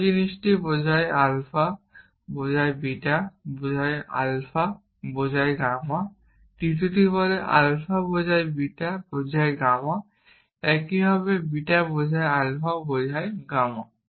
পুরো জিনিসটি বোঝায় আলফা বোঝায় বিটা বোঝায় আলফা বোঝায় গামা তৃতীয়টি বলে আলফা বোঝায় বিটা বোঝায় গামাও একইভাবে বিটা বোঝায় আলফা বোঝায় গামা